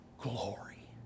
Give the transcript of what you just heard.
glory